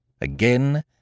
Again